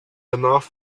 danach